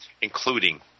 including